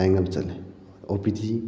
ꯂꯥꯌꯦꯡꯕ ꯆꯠꯂꯤ O P ꯗꯤ